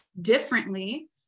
differently